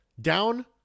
down